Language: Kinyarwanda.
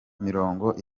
mirongo